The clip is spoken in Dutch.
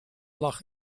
lag